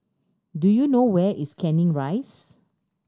do you know where is Canning Rise